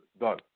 done